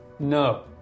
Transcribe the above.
No